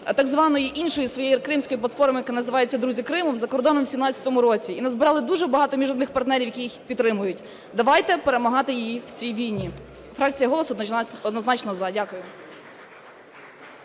так званої іншої своєї "Кримської платформи", яка називається "Друзі Криму", за кордоном в 17-му році, і назбирали дуже багато міжнародних партнерів, які їх підтримують. Давайте перемагати її в цій війні. Фракція "Голос" однозначно "за". Дякую.